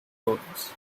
bones